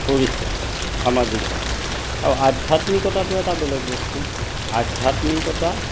কৰিছে সামাজিকভাৱে আও আধ্যাত্মিকতাটো এটা বেলেগ বস্তু আধ্যাত্মিকতা